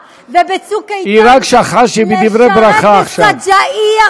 רק על שיפוט אזרחי.